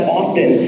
often